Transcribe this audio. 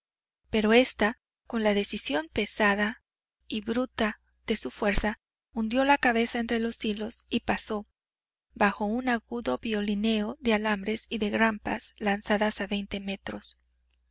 pero ésta con la decisión pesada y bruta de su fuerza hundió la cabeza entre los hilos y pasó bajo un agudo violineo de alambres y de grampas lanzadas a veinte metros